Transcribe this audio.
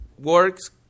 works